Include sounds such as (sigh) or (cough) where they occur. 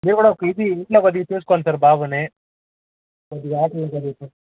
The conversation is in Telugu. మీరు కూడా పిలిచి ఇంట్లో కొద్దిగా చూసుకోండి సార్ బాబుని (unintelligible)